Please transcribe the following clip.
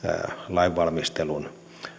lainvalmistelun